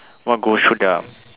what goes through their